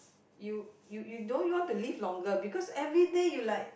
you you you don't want to live longer because everyday you like